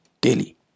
daily